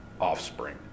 offspring